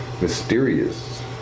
mysterious